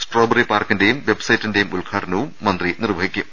strawberry പാർക്കിന്റെയും വെബ്സൈ റ്റിന്റെയും ഉദ്ഘാടനം മന്ത്രി നിർവഹിക്കും